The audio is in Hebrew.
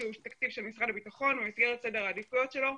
תקציב של משרד הביטחון במסגרת סדר העדיפויות שלו.